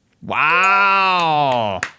Wow